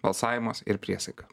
balsavimas ir priesaika